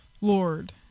lord